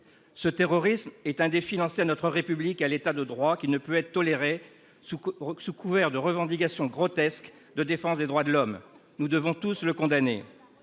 Ce terrorisme est un défi lancé à notre République et à l'État de droit qui ne peut être toléré sous couvert de revendications grotesques de défense des droits de l'homme. Nous devons tous le condamner.